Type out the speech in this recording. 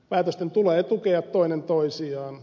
päätösten tulee tukea toinen toisiaan